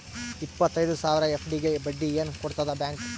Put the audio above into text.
ಇಪ್ಪತ್ತೈದು ಸಾವಿರ ಎಫ್.ಡಿ ಗೆ ಬಡ್ಡಿ ಏನ ಕೊಡತದ ಬ್ಯಾಂಕ್?